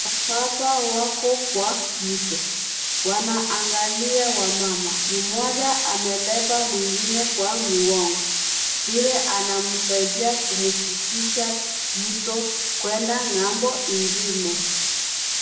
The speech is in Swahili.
Baba wako kwa mto. Wanaangalia wamama. Mmoja amebeba mwingine kwa mgongo. Yule anamsaidia kumvukisha mto kwenda ng'ambo ingine.